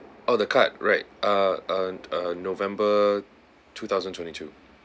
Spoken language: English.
oh the card right uh uh uh november two thousand twenty-two